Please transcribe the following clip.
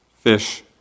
fish